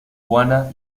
juana